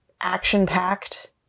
action-packed